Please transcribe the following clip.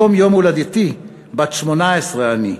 היום יום הולדתי, בת 18 אני.